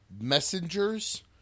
messengers